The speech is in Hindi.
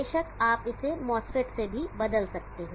बेशक आप इसे MOSFET से भी बदल सकते हैं